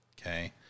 okay